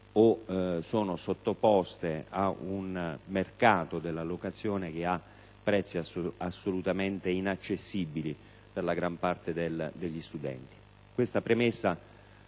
o avvengono in un mercato della locazione che ha prezzi assolutamente inaccessibili per la gran parte degli studenti.